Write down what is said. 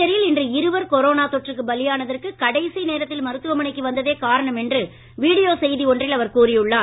புதுச்சேரியில் இன்று இருவர் கொரேனா தொற்றுக்கு பலியானதற்கு கடைசி நேரத்தில் மருத்துவமனைக்கு வந்ததே காரணம் என்று வீடியோ செய்தி ஒன்றில் அவர் கூறியுள்ளார்